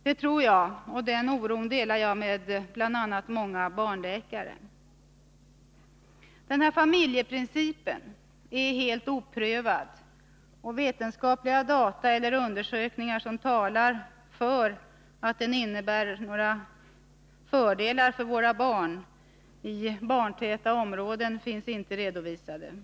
Det tror jag, och min oro för det delar jag med bl.a. många barnläkare. Familjeprincipen är helt oprövad, och vetenskapliga data eller undersökningar som talar för att den innebär några fördelar för våra barn i barntäta områden finns inte redovisade.